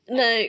no